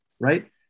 right